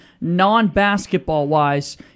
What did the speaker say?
non-basketball-wise